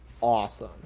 awesome